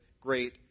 great